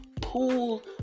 pool